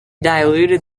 diluted